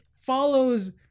follows